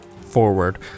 forward